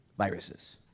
Viruses